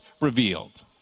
revealed